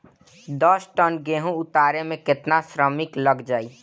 दस टन गेहूं उतारे में केतना श्रमिक लग जाई?